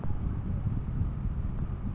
NBFC কতগুলি কত শতাংশ সুদে ঋন দেয়?